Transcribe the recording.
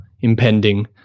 impending